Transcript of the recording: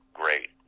great